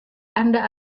anda